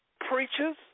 Preachers